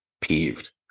peeved